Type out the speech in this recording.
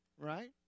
right